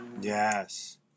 Yes